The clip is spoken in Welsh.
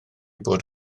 bod